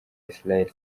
israheli